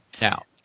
now